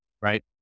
right